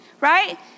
right